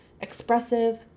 expressive